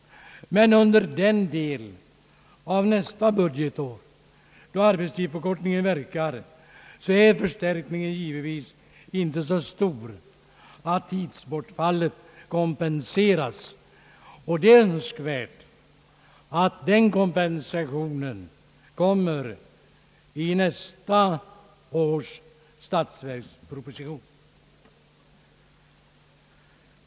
Men under den del av nästa budgetår då arbetstidsförkortningen verkar är givetvis förstärkningen inte så stor att tidsbortfallet kompenseras. Det är önsk värt att en sådan kompensation kommer i nästa års statsverksproposition.